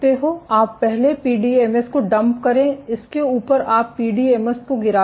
आप पहले पीडीएमएस को डंप करें इसके ऊपर आप पीडीएमएस को गिरा दें